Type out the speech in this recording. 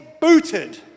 booted